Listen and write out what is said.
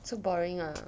so boring ah